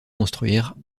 construire